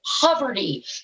poverty